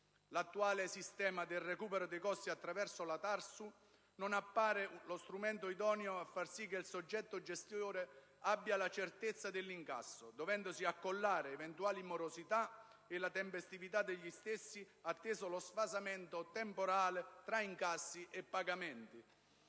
L'attuale sistema del recupero dei costi attraverso la TARSU non appare lo strumento idoneo a far sì che il soggetto gestore abbia la certezza dell'incasso, dovendosi accollare eventuali morosità e la tempestività degli stessi, atteso lo sfasamento temporale tra incassi e pagamenti.